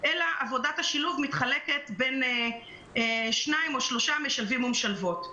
אלא עבודת השילוב מתחלקת בין שניים או שלושה משלבים או משלבות.